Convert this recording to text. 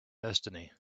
destiny